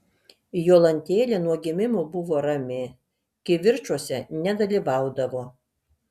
jolantėlė nuo gimimo buvo rami kivirčuose nedalyvaudavo